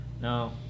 No